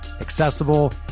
accessible